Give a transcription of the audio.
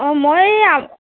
অ' মই